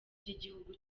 by’igihugu